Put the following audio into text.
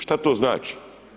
Što to znači?